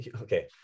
okay